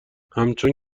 همچون